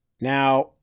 now